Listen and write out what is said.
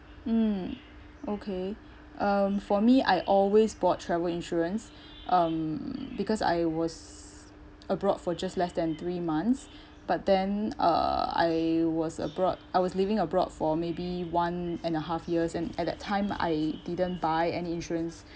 mm okay um for me I always bought travel insurance um because I was abroad for just less than three months but then uh I was abroad I was living abroad for maybe one and a half years and at that time I didn't buy any insurance